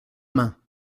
main